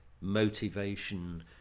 Motivation